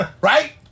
right